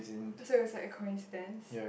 so it's like a coincidence